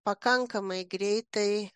pakankamai greitai